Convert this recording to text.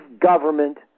government